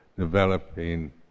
Developing